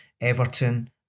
Everton